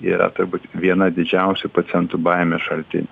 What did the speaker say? yra turbūt viena didžiausių pacientų baimės šaltinių